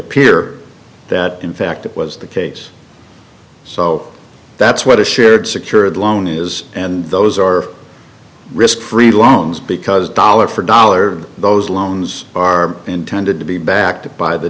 appear that in fact it was the case so that's what assured secured loan is and those are risk free loans because dollar for dollar those loans are intended to be backed up by the